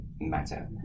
matter